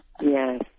Yes